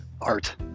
art